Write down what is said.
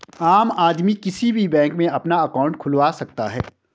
आम आदमी किसी भी बैंक में अपना अंकाउट खुलवा सकता है